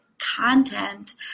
content